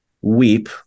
weep